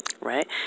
Right